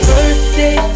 Birthday